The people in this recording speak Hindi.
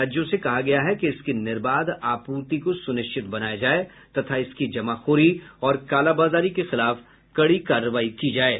राज्यों से कहा गया है कि इसकी निर्बाध आपूर्ति को सुनिश्चित बनाया जाये तथा इसकी जमाखोरी और कालाबाजारी के खिलाफ कडी कार्रवाई की जायेगा